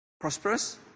prosperous